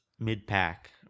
mid-pack